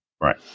Right